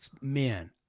Men